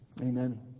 Amen